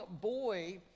boy